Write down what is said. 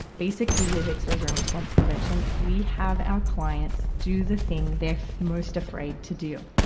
basically with exposure and response prevention, we have our clients do the thing they're most afraid to do,